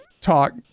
talk